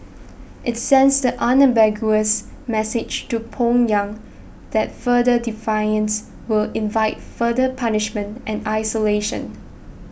it sends the unambiguous message to Pyongyang that further defiance will invite further punishment and isolation